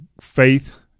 faith